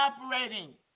operating